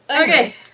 Okay